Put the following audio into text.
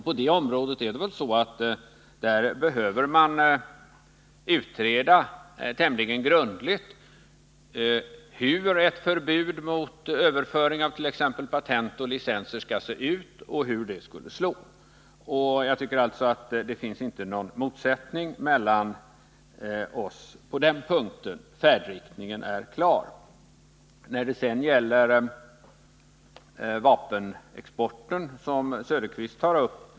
På det området behöver man tämligen grundligt utreda hur ett förbud mot överföring av t.ex. patent och licenser skall se ut och hur det skulle slå. Jag tycker alltså att det inte finns någon motsättning mellan de borgerliga partierna på den punkten. Färdriktningen är klar. När det sedan gäller vapenexport, som Oswald Söderqvist tar upp.